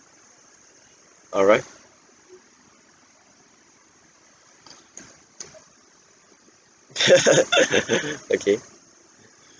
alright okay